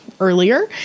earlier